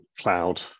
cloud